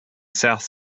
south